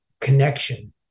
connection